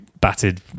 batted